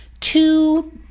two